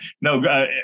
no